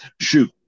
shoot